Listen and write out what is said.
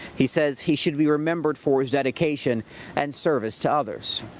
he says he should be remembered for his dedication and service to others.